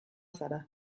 zara